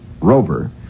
Rover